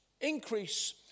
increase